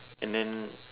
and then